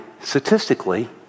Statistically